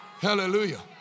Hallelujah